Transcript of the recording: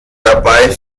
dabei